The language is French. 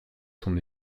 son